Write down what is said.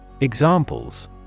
Examples